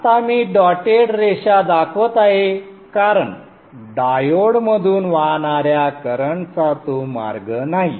आता मी डॉटेड रेषा दाखवत आहे कारण डायोडमधून वाहणार्या करंटचा तो मार्ग नाही